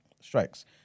strikes